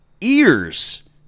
ears